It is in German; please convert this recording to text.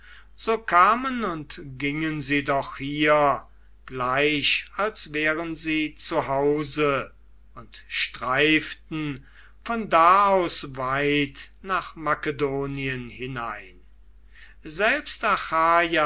so kamen und gingen sie doch hier gleich als wären sie zu hause und streiften von da aus weit nach makedonien hinein